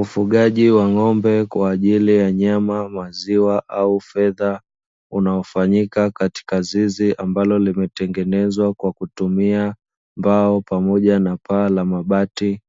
Ufugaji wa ng'ombe kwa ajili ya nyama, maziwa au fedha unaofanyika katika zizi ambalo limetengenezwa kwa kutumia mbao pamoja na paa la mabati,